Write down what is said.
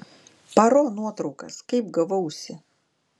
paro nuotraukas kaip gavausi